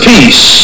Peace